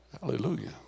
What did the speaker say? Hallelujah